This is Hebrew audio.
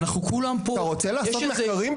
אנחנו כולם פה --- אתה רוצה לעשות מחקרים?